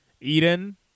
Eden